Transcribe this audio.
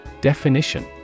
Definition